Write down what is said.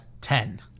ten